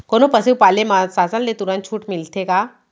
कोनो पसु पाले म शासन ले तुरंत छूट मिलथे का?